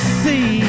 see